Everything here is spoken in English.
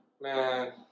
Man